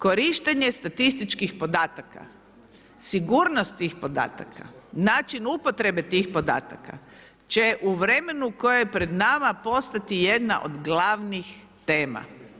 Korištenje statističkih podataka, sigurnost tih podataka, način upotrebe tih podataka će u vremenu koji je pred nama postati jedna od glavnih tema.